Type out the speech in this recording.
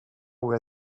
where